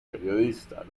periodista